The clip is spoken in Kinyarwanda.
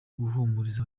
guhumuriza